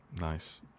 Nice